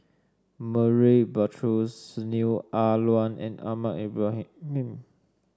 Murray Buttrose Neo Ah Luan and Ahmad Ibrahim